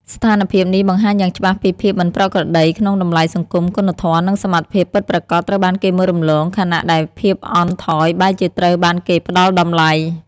ស្ថានភាពនេះបង្ហាញយ៉ាងច្បាស់ពីភាពមិនប្រក្រតីក្នុងតម្លៃសង្គម គុណធម៌ និងសមត្ថភាពពិតប្រាកដត្រូវបានគេមើលរំលង ខណៈដែលភាពអន់ថយបែរជាត្រូវបានគេផ្តល់តម្លៃ។